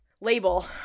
label